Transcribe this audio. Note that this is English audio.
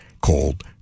called